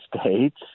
states